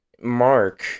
Mark